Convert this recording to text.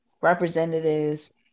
representatives